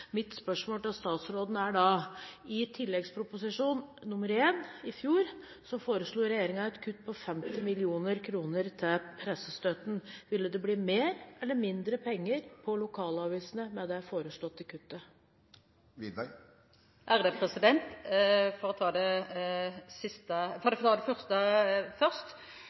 Mitt spørsmål til statsråden er da: I Prop. 1 S Tillegg 1 for 2013–2014 foreslo regjeringen et kutt på 50 mill. kr i pressestøtten. Ville det blitt mer eller mindre penger på lokalavisene med det foreslåtte kuttet? For å ta det første først: